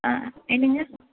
ஆ என்னங்க